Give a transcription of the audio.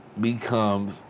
becomes